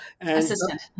Assistant